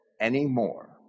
anymore